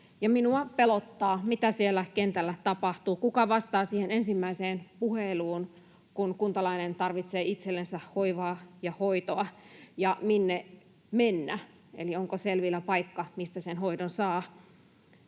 minua pelottaa, mitä siellä kentällä tapahtuu, kuka vastaa siihen ensimmäiseen puheluun, kun kuntalainen tarvitsee itsellensä hoivaa ja hoitoa, ja minne mennä eli onko selvillä paikka, mistä sen hoidon saa.